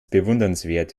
bewundernswert